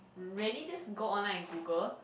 really just go online and Google